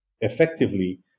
effectively